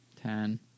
Ten